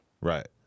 Right